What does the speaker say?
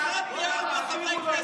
שאנחנו אחד מארבעה חברי כנסת,